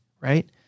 right